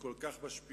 היא כל כך משפילה,